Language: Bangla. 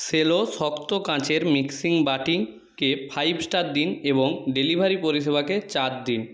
সেলো শক্ত কাঁচের মিক্সিং বাটিকে পাইভ স্টার দিন এবং ডেলিভারি পরিষেবাকে চার দিন